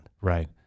Right